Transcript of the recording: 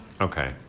Okay